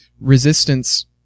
resistance